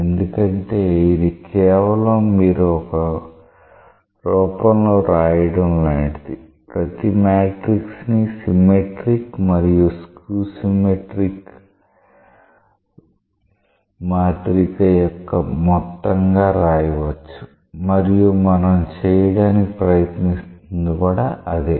ఎందుకంటే ఇది కేవలం మీరు ఒక రూపంలో రాయడం లాంటిది ప్రతి మ్యాట్రిక్స్ ని సిమెట్రిక్ మరియు skew సిమెట్రిక్ మాత్రిక యొక్క మొత్తంగా రాయవచ్చు మరియు మనం చేయడానికి ప్రయత్నిస్తున్నది కూడా అదే